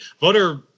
voter